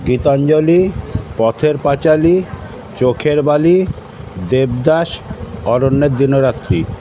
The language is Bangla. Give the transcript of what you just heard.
গীতাঞ্জলি পথের পাঁচালী চোখের বালি দেবদাস অরণ্যের দিনরাত্রি